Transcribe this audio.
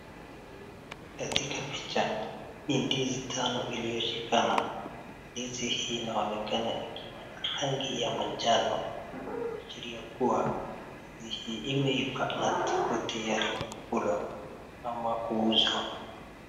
Katika picha ni ndizi tano iliyoshikana. ndizi hii inaonekana ikiwa na rangi ya manjano kuashiria kuwa ndizi hii imeiva na iko tayari kukulwa ama kuuzwa.